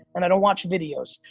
and i don't watch videos,